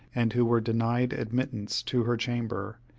and who were denied admittance to her chamber,